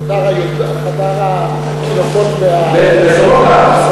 עובד, שצריך גם לדאוג לחדר היולדות, בסורוקה.